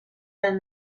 than